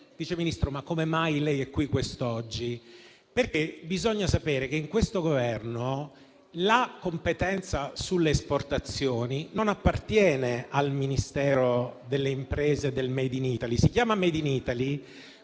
Vice Ministro, ma come mai lei è qui quest'oggi? Bisogna sapere, infatti, che in questo Governo la competenza sulle esportazioni non appartiene al Ministero delle imprese e del *made in Italy*. Si chiama *made in Italy*,